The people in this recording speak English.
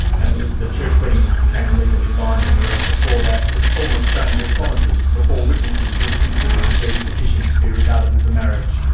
and it was the church wedding which became legally binding, whereas before that a formal exchange of promises before witnesses was considered to be sufficient to be regarded as a marriage.